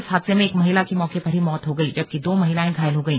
इस हादसे में एक महिला की मौके पर ही मौत हो गई जबकि दो महिलाएं घायल हो गई